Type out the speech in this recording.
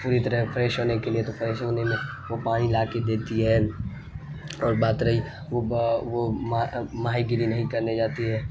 پوری طرح فریش ہونے کے لیے تو فریش ہونے میں وہ پانی لا کے دیتی ہے اور بات رہی وہ وہ ماہی گیری نہیں کرنے جاتی ہے